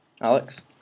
Alex